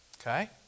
Okay